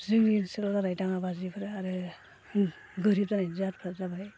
जोंनि ओनसोलाव ओरै दाङा बाजिफोरा आरो गोरिब जानाय जाहोनफोरा जाबाय